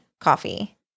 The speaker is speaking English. coffee